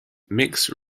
mixed